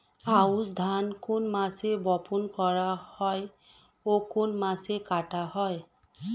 আউস ধান কোন মাসে বপন করা হয় ও কোন মাসে কাটা হয়?